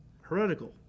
heretical